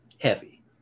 heavy